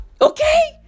Okay